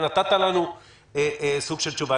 ונתת לנו סוג של תשובה.